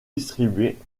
distribués